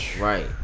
Right